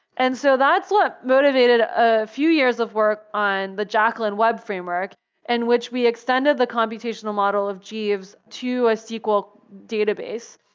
and so that's what motivated a few years of work on the jacqueline web framework in and which we extended the computational model of jeeves to a sql database,